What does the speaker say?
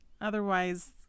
otherwise